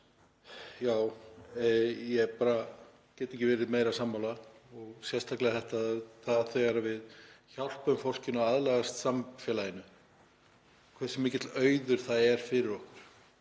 svarið. Ég gæti ekki verið meira sammála og sérstaklega um þetta, að þegar við hjálpum fólkinu að aðlagast samfélaginu, hversu mikill auður það er fyrir okkur.